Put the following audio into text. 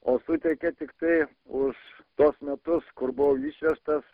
o suteikia tiktai už tuos metus kur buvau išvežtas